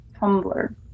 Tumblr